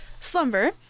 slumber